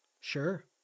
Sure